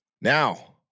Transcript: Now